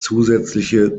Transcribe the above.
zusätzliche